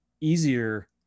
easier